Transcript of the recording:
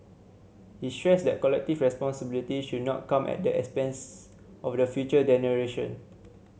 he stressed that collective responsibility should not come at the expense of the future generation